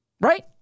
Right